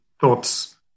thoughts